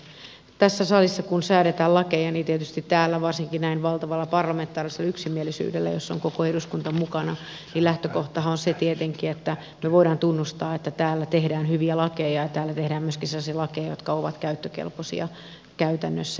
kun tässä salissa säädetään lakeja varsinkin näin valtavalla parlamentaarisella yksimielisyydellä jossa on koko eduskunta mukana lähtökohtahan on se tietenkin että me voimme tunnustaa että täällä tehdään hyviä lakeja ja täällä tehdään myöskin sellaisia lakeja jotka ovat käyttökelpoisia käytännössä